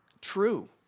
true